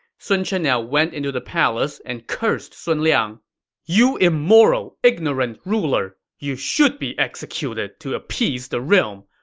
sun chen now went into the palace and cursed sun liang you immoral, ignorant ruler. you should be executed to appease the realm,